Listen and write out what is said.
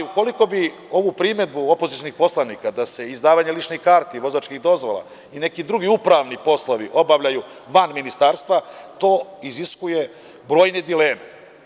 Ukoliko bi ovu primedbu opozicionih poslanika da se izdavanje ličnih karti, vozačkih dozvola i neki drugi upravni poslovi obavljali van Ministarstva, to iziskuje brojne dileme.